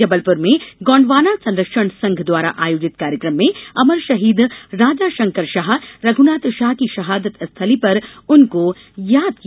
जबलपुर में गोंडवाना संरक्षण संघ द्वारा आयोजित कार्यक्रम में अमर शहीद राजाशंकर शाह रघुनाथ शाह की शहदत स्थली पर उनको याद किया